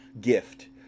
gift